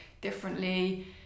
differently